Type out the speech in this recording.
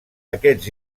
aquests